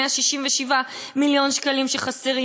167 מיליון שקלים שחסרים,